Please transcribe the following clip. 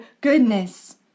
goodness